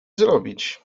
zrobić